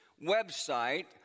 website